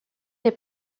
est